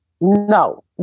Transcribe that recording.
No